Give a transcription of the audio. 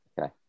Okay